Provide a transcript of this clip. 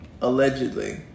allegedly